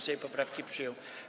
Sejm poprawki przyjął.